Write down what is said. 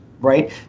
right